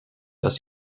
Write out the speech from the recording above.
das